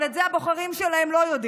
אבל את זה הבוחרים שלהם לא יודעים.